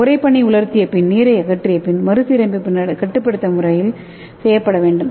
உறைபனி உலர்த்திய பின் நீரை அகற்றிய பின் மறுசீரமைப்பு கட்டுப்படுத்தப்பட்ட முறையில் செய்யப்பட வேண்டும்